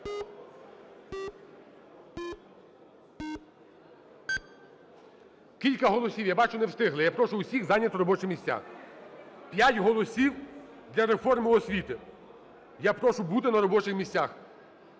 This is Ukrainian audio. Кілька голосів, я бачу, не встигли. Я прошу усіх зайняти робочі місця. П'ять голосів для реформи освіти. Я прошу бути на робочих місцях.